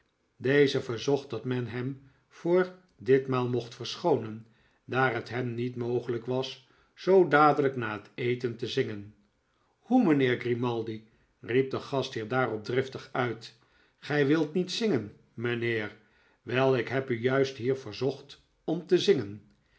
deze verzochtdat men hem voor ditmaal mocht verschoonen daar het hem niet mogelijk was zoo dadelijk na het eten te zingen hoe mijnheer grimaldi riep de gastheer daarop driftig uit gij wilt niet zingen mijnheer wei ik heb u juist hier verzochtom te zingen